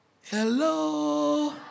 Hello